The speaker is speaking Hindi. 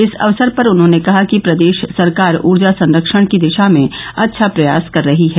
इस अवसर पर उन्होंने कहा कि प्रदेश सरकार ऊर्जा सरक्षण की दिशा में अच्छा प्रयास कर रही है